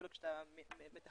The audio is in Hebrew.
הנגישות כשאתה מתכנן.